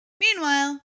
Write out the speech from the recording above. Meanwhile